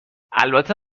البته